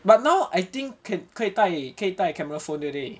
but now I think can 可以带可以带 camera phone 对不对